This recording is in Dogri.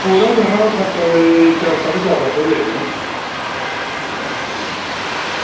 पूरा कराना होग ते खर्चा कोई चार साढ़े चार लक्ख धोड़ी आई जाना